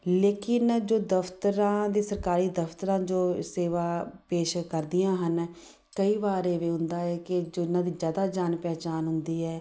ਲੇਕਿਨ ਜੋ ਦਫ਼ਤਰਾਂ ਦੇ ਸਰਕਾਰੀ ਦਫ਼ਤਰਾਂ ਜੋ ਸੇਵਾ ਪੇਸ਼ ਕਰਦੀਆਂ ਹਨ ਕਈ ਵਾਰ ਐਵੇਂ ਹੁੰਦਾ ਹੈ ਕਿ ਜਿਹਨਾਂ ਦੀ ਜ਼ਿਆਦਾ ਜਾਣ ਪਹਿਚਾਣ ਹੁੰਦੀ ਹੈ